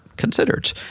Considered